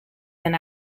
been